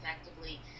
effectively